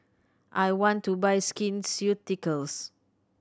I want to buy Skin Ceuticals